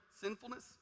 sinfulness